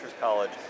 College